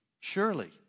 Surely